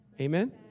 Amen